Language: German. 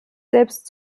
selbst